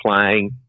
playing